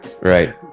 Right